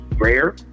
rare